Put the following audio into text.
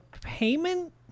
payment